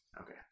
Okay